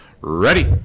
Ready